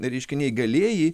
reiškiniai galėjai